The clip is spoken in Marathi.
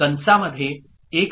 Qn D